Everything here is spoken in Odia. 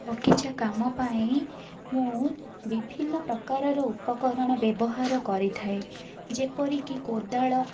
ବଗିଚା କାମ ପାଇଁ ମୁଁ ବିଭିନ୍ନ ପ୍ରକାରର ଉପକରଣ ବ୍ୟବହାର କରିଥାଏ ଯେପରି କି କୋଦାଳ